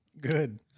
Good